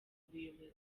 ubuyobozi